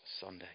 Sunday